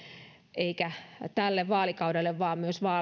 eikä tälle vaalikaudelle vaan myös